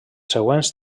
següents